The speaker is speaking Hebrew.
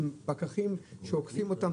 עם פקחים שעוקפים אותם,